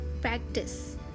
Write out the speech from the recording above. practice